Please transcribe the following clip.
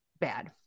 bad